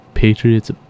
Patriots